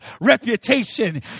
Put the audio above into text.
reputation